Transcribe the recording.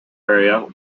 area